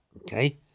okay